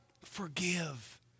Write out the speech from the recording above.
Forgive